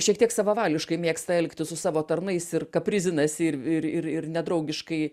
šiek tiek savavališkai mėgsta elgtis su savo tarnais ir kaprizinasi ir ir ir ir nedraugiškai